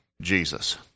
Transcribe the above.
Jesus